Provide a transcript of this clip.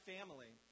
Family